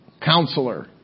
Counselor